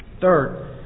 Third